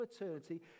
eternity